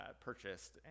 purchased